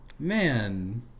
Man